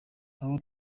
aho